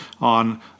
on